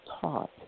taught